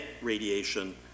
radiation